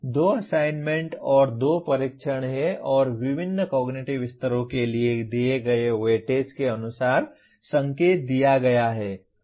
दो असाइनमेंट और दो परीक्षण हैं और विभिन्न कॉग्निटिव स्तरों के लिए दिए गए वेटेज के अनुसार संकेत दिया गया है